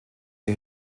die